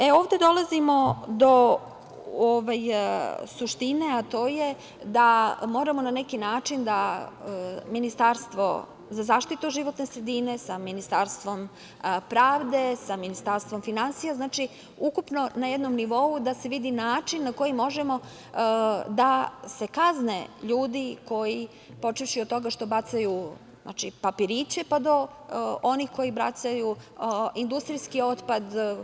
E, ovde dolazimo do suštine, a to je da moramo na neki način sa Ministarstvom za zaštitu životne sredine, sa Ministarstvom pravde, sa Ministarstvom finansija, znači, ukupno na jednom nivou da se vidi način na koji možemo da se kazne ljudi koji, počevši od toga što bacaju papiriće, pa do onih koji bacaju industrijski otpad.